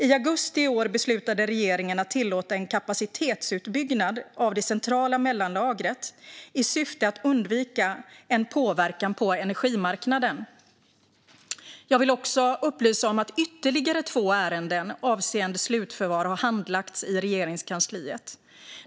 I augusti i år beslutade regeringen att tillåta en kapacitetsutbyggnad av det centrala mellanlagret i syfte att undvika en påverkan på energimarknaden. Jag vill också upplysa om att ytterligare två ärenden avseende slutförvar har handlagts i Regeringskansliet.